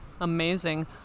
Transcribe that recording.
Amazing